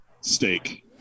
Steak